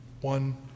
one